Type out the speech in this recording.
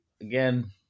again